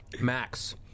Max